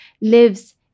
lives